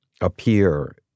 appear